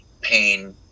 pain